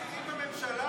אלה שרים בכירים בממשלה.